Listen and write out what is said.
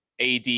AD